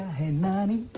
hey naani.